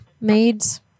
maids